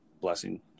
blessing